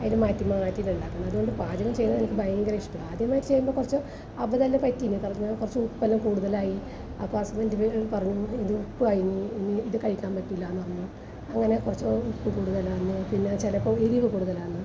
അതിന് മാറ്റി മാറ്റിട്ടാണ് ഉണ്ടാക്കുന്നത് അതുകൊണ്ട് പാചകം ചെയ്യുന്നത് എനിക്ക് ഭയങ്കര ഇഷ്ടമാണ് ആദ്യമായിട്ട് ചെയ്യുമ്പോൾ കുറച്ച് അബദ്ധമെല്ലാം പറ്റിയിരുന്നു കുറച്ച് ഉപ്പെല്ലാം കൂടുതലായി അപ്പം ഹസ്ബൻഡ് പറഞ്ഞു ഇത് ഉപ്പായിനി ഇനി ഇത് കഴിക്കാൻ പറ്റില്ലാന്ന് പറഞ്ഞു അങ്ങനെ കുറച്ച് ഉപ്പ് കൂടുതലാണ് പിന്നെ ചിലപ്പോൾ എരിവ് കൂടുതലാണ്